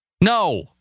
No